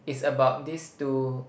it's about this two